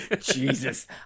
jesus